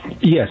Yes